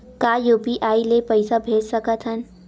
का यू.पी.आई ले पईसा भेज सकत हन?